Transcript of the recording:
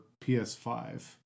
PS5